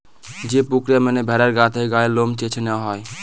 যে প্রক্রিয়া মেনে ভেড়ার গা থেকে গায়ের লোম চেঁছে নেওয়া হয়